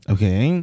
Okay